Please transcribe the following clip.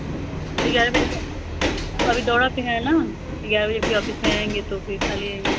ग्यारह बजे अभी दौड़ा पर हैं ना ग्यारह बजे फिर ऑफ़िस में रहेंगे तो फिर खाली रहेंगे